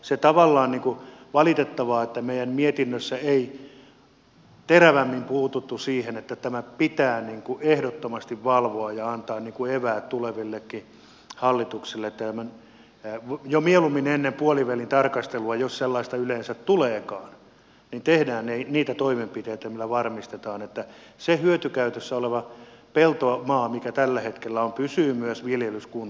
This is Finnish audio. se on tavallaan valitettavaa että meidän mietinnössämme ei terävämmin puututtu siihen että tätä pitää ehdottomasti valvoa ja antaa eväät tulevillekin hallituksille että jo mieluummin ennen puolivälitarkastelua jos sellaista yleensä tuleekaan tehdään niitä toimenpiteitä millä varmistetaan että se hyötykäytössä oleva peltomaa mikä tällä hetkellä on pysyy myös viljelyskuntoisena